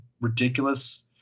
ridiculous